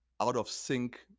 out-of-sync